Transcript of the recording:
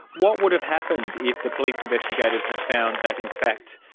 what would have happened if the police investigators had found that, in fact,